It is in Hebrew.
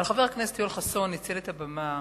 אבל חבר הכנסת יואל חסון ניצל את הבמה